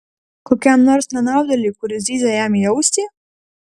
kokiam nors nenaudėliui kuris zyzia jam į ausį